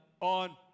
on